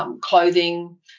clothing